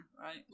right